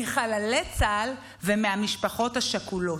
מחללי צה"ל ומהמשפחות השכולות.